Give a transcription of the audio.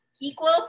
equal